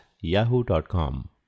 yahoo.com